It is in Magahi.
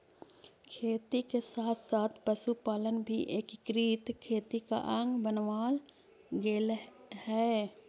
खेती के साथ साथ पशुपालन भी एकीकृत खेती का अंग बनवाल गेलइ हे